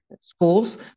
schools